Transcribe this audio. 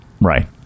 Right